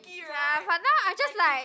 ah but now I just like